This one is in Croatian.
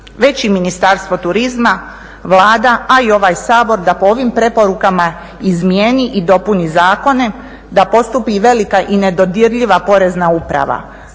već i Ministarstvo turizma, Vlada, a i ovaj Sabor da po ovim preporukama izmijeni i dopuni zakone da postupi velika i nedodirljiva porezna uprava.